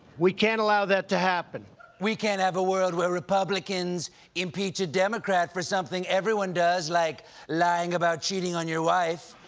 we can't allow that to happen. stephen we can't have a world where republicans impeach a democrat for something everyone does, like lying about cheating on your wife.